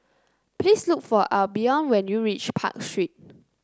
please look for Albion when you reach Park Street